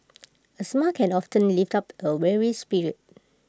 A smile can often lift up A weary spirit